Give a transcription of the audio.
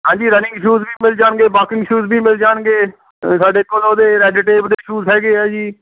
ਹਾਂਜੀ running shoes ਵੀ ਮਿਲ ਜਾਣਗੇ ਵਾਕਿੰਗ ਸ਼ੂਜ਼ ਵੀ ਮਿਲ ਜਾਣਗੇ ਸਾਡੇ ਕੋਲ ਉਹਦੇ ਰੈਡ ਟੇਪ ਦੇ ਸ਼ੂਜ਼ ਹੈਗੇ ਆ ਜੀ